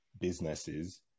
businesses